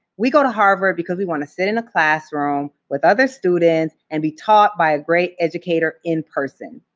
we go to harvard because we want to sit in a classroom with other students and be taught by a great educator in person.